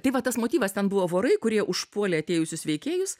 tai va tas motyvas ten buvo vorai kurie užpuolė atėjusius veikėjus